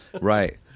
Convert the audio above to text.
right